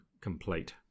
complete